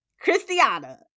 christiana